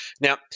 Now